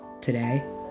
today